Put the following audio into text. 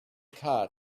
car